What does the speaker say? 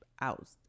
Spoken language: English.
out